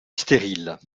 stériles